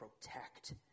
protect